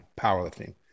powerlifting